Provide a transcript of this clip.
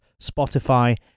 Spotify